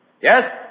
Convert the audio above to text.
Yes